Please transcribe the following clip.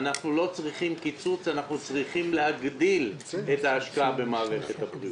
אנחנו לא צריכים קיצוץ אלא להגדיל את ההשקעה במערכת הבריאות,